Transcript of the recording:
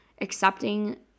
accepting